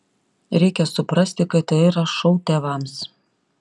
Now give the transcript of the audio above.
reikia suprasti kad tai yra šou tėvams